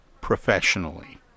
professionally